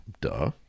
duh